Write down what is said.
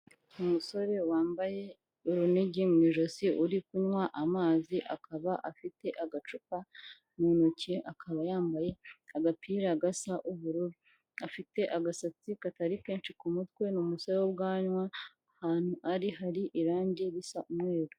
Umusore wambaye urunigi mu ijosi uri kunywa amazi, akaba afite agacupa mu ntoki, akaba yambaye agapira gasa ubururu, afite agasatsi katari kenshi ku mutwe, ni umusore w'ubwanwa, ahantu ari hari irangi risa umweru.